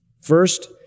First